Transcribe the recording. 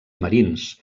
marins